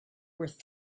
worth